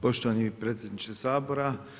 Poštovani predsjedniče Sabora.